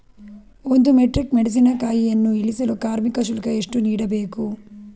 ಒಂದು ಮೆಟ್ರಿಕ್ ಮೆಣಸಿನಕಾಯಿಯನ್ನು ಇಳಿಸಲು ಕಾರ್ಮಿಕ ಶುಲ್ಕ ಎಷ್ಟು ನೀಡಬೇಕು?